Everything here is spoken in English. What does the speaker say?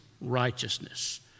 righteousness